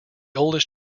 oldest